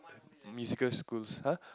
musical schools [huh]